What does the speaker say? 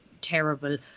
terrible